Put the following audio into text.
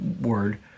word